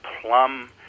plum